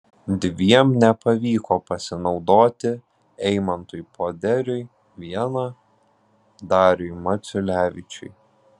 dviem nepavyko pasinaudoti eimantui poderiui viena dariui maciulevičiui